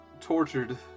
Tortured